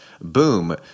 Boom